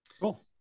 Cool